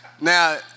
Now